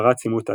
פרץ עימות אלים,